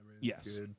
Yes